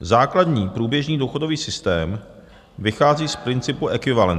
Základní průběžný důchodový systém vychází z principu ekvivalence.